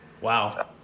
Wow